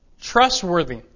trustworthy